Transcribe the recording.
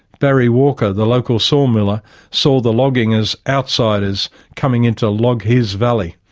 barry walker, the local sawmiller saw the logging as outsiders coming in to log his valley.